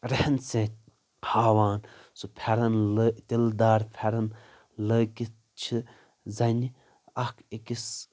رٮ۪ہن سۭتۍ ہاوان سُہ پھیٚرن لٲ تِلہٕ دار پھیٚرن لٲگِتھ چھِ زنہِ اکھ أکِس